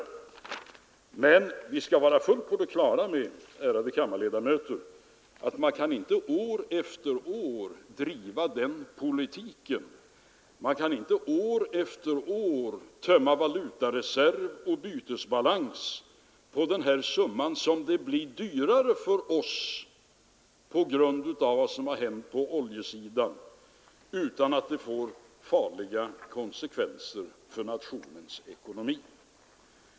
Men vi skall vara fullt på det klara med, ärade kammarledamöter, att man kan inte år efter år driva den politiken. Man kan inte år efter år tömma valutareserv och bytesbalans på en summa som motsvarar fördyringen för oss på grund av vad som hänt på oljesidan utan att det får farliga konsekvenser för nationens ekonomi.